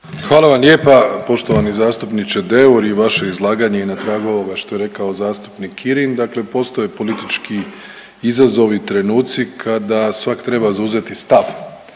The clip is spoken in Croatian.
Hvala vam lijepa poštovani zastupniče Deur. I vaše izlaganje je na tragu ovoga što je rekao zastupnik Kirin. Dakle, postoje politički izazovi, trenuci kada svak treba zauzeti stav.